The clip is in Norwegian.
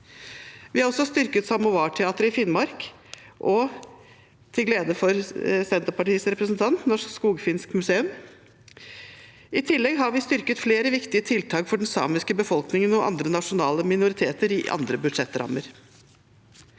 Vi har også styrket Samovarteateret i Finnmark og – til glede for Senterpartiets representant – Norsk Skogfinsk Museum. I tillegg har vi styrket flere viktige tiltak for den samiske befolkningen og andre nasjonale minoriteter i andre budsjettrammer.